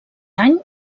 any